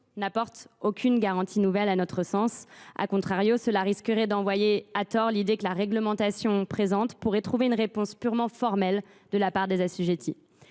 n’apporte aucune garantie nouvelle à notre sens., cela risquerait d’envoyer à tort l’idée que la réglementation présente pourrait trouver une réponse purement formelle de la part des assujettis.